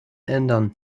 ändern